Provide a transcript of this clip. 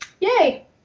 yay